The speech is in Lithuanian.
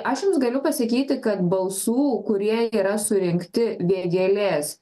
aš jums galiu pasakyti kad balsų kurie yra surinkti vėgėlės